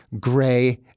gray